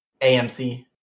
AMC